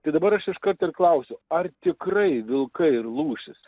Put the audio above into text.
tai dabar aš iškart ir klausiu ar tikrai vilkai ir lūšys